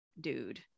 dude